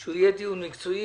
כך שהוא יהיה דיון מקצועי,